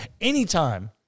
Anytime